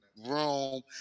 Room